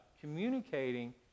communicating